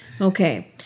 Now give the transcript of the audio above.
Okay